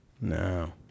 No